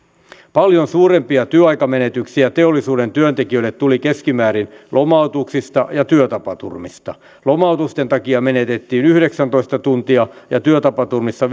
paljon suurempia työaikamenetyksiä teollisuuden työntekijöille tuli lomautuksista ja työtapaturmista lomautusten takia menetettiin yhdeksäntoista tuntia ja työtapaturmissa